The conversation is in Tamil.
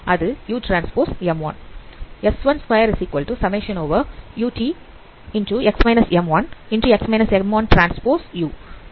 அது uTm1